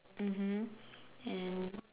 mmhmm and